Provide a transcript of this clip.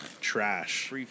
Trash